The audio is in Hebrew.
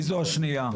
היא תקבל רגליים קרות.